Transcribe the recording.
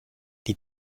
die